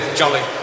jolly